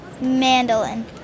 mandolin